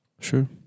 Sure